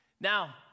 Now